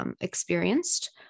experienced